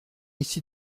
ici